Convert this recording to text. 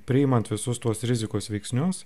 priimant visus tuos rizikos veiksnius